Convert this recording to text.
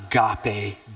agape